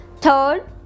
Third